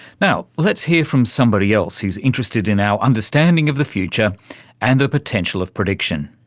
now let's hear from somebody else who's interested in our understanding of the future and the potential of prediction.